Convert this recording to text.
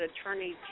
attorney